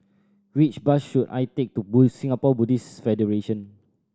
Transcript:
which bus should I take to Buddhist Singapore Buddhist Federation